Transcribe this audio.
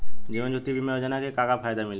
जीवन ज्योति बीमा योजना के का फायदा मिली?